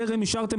טרם אישרתם,